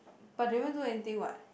but do you want do anything what